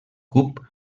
cub